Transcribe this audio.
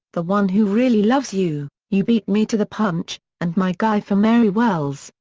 the one who really loves you, you beat me to the punch and my guy for mary wells,